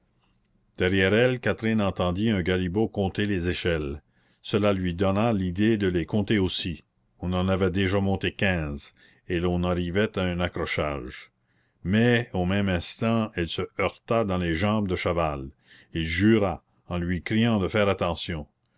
derrière elle catherine entendit un galibot compter les échelles cela lui donna l'idée de les compter aussi on en avait déjà monté quinze et l'on arrivait à un accrochage mais au même instant elle se heurta dans les jambes de chaval il jura en lui criant de faire attention